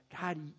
God